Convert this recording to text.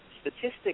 statistics